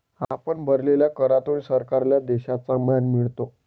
आपण भरलेल्या करातून सरकारला देशाचा मान मिळतो